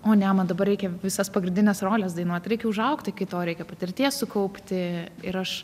o ne man dabar reikia visas pagrindines roles dainuot reikia užaugti iki to reikia patirties sukaupti ir aš